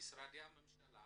שמשרדי הממשלה